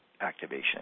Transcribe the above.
activation